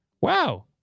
Wow